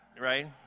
right